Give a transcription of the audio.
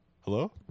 Hello